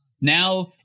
now